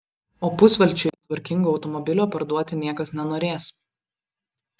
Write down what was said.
o pusvelčiui tvarkingo automobilio parduoti niekas nenorės